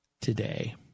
today